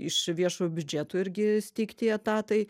iš viešo biudžeto irgi steigti etatai